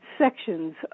sections